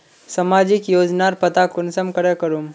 सामाजिक योजनार पता कुंसम करे करूम?